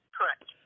Correct